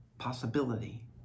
possibility